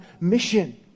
mission